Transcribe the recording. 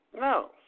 No